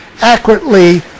accurately